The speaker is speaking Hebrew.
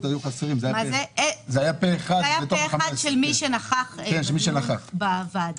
של מי שנכח בדיון בוועדה.